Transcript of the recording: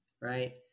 right